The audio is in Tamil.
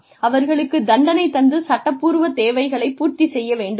அவர்களுக்குத் தண்டனை தந்து சட்டப்பூர்வ தேவைகளைப் பூர்த்தி செய்ய வேண்டுமா